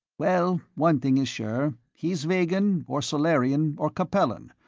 well, one thing is sure, he's vegan or solarian or capellan,